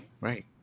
right